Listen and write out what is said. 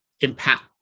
impact